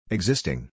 Existing